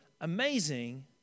amazing